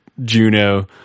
Juno